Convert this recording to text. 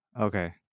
Okay